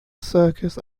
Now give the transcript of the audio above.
circus